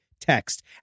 text